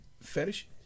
Fetish